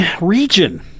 region